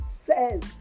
says